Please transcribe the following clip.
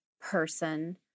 person